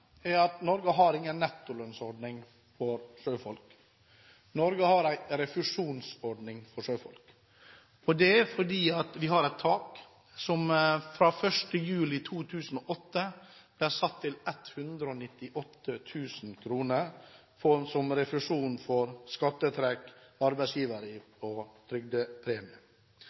Norge har ingen nettolønnsordning for sjøfolk. Norge har en refusjonsordning for sjøfolk. Det er fordi vi har et tak som fra 1. juli 2008 ble satt til 198 000 kr som refusjon for skattetrekk, arbeidsgiveravgift og trygdepremie.